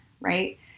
right